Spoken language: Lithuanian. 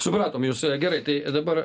supratom jus gerai tai dabar